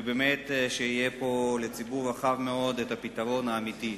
ובאמת יהיה לציבור רחב מאוד פתרון אמיתי,